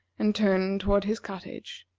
and turned toward his cottage.